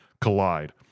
collide